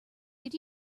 did